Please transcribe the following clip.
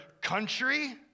country